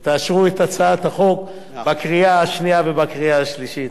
ואשרו את הצעת החוק בקריאה השנייה ובקריאה השלישית.